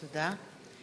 תודה.